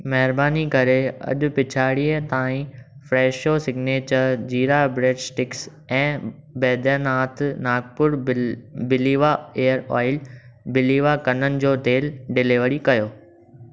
महिरबानी करे अॼु पिछाड़ीअ ताईं Fresho signature jeera bread sticks ऐं बैद्यनाथ नागपुर बिल्व ईयर ऑइल बिल्व कननि जो तेलु डिलीवर करियो